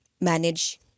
manage